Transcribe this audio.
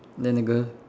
then the girl